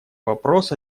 вопрос